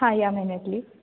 हां या महिन्यातली